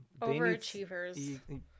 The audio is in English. Overachievers